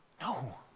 No